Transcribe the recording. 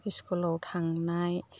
स्कुलाव थांनाय